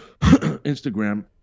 Instagram